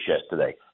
yesterday